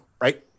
right